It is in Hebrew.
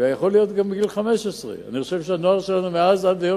ויכול להיות גם בגיל 15. אני חושב שהנוער שלנו התבגר